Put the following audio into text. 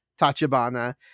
Tachibana